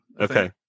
okay